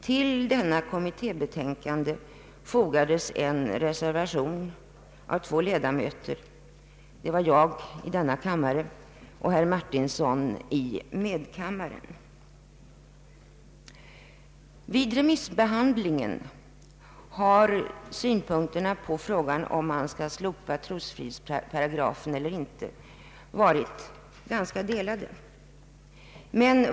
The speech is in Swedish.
Till detta kommittébetänkande fogades en reservation av två ledamöter, det var jag i denna kammare och herr Martinsson i medkammaren. Vid remissbehandlingen har åsikterna när det gäller frågan om man skall slopa trosfridsparagrafen eller inte varit delade.